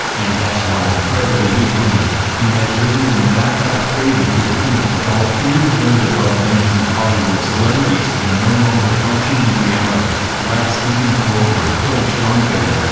and that's why the president is winning. he has driven them bat-crap crazy to the point that all three of those above mentioned hollywood celebrities can no longer function in reality. like stephen colbert told sean penn,